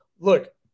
Look